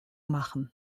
machen